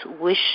wish